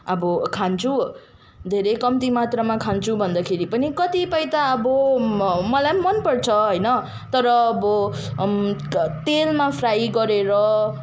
अब खान्छु धेरै कम्ती मात्रामा खान्छु भन्दाखेरि पनि कतिपय त अब मलाई पनि मनपर्छ होइन तर अब तेलमा फ्राई गरेर